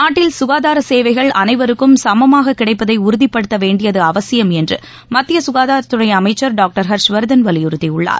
நாட்டில் சுகாதார சேவைகள் அனைவருக்கும் சமமாக கிடைப்பதை உறுதிப்படுத்த வேண்டியது அவசியம் என்று மத்திய சுகாதாரத்துறை அமைச்சர் டாக்டர் ஹர்ஷ்வர்தன் வலியுறுத்தியுள்ளார்